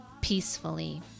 peacefully